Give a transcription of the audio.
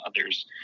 others